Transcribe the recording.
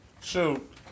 shoot